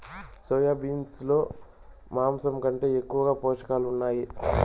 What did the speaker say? soya beans లో మాంసం కంటే ఎక్కువగా పోషకాలు ఉన్నాయి